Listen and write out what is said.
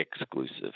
exclusive